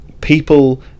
people